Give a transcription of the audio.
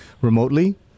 remotely